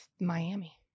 Miami